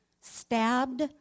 stabbed